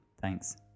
Thanks